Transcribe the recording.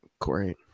Great